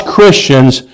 Christians